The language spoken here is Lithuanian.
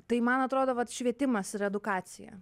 tai man atrodo vat švietimas ir edukacija